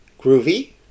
groovy